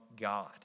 God